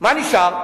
מה נשאר?